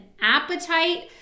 appetite